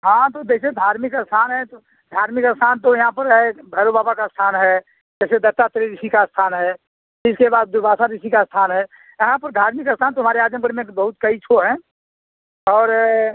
हाँ तो जैसे धार्मिक स्थान है तो धार्मिक स्थान तो यहाँ पर है भैरो बाबा का स्थान है जैसे दत्तात्रे ऋषि का स्थान है फिर इसके बाद दुर्वासा ऋषि का स्थान है यहाँ पर धार्मिक स्थान तो हमारे आजमगढ़ में बहुत कई ठो हैं और